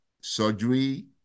surgery